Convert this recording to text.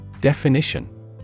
definition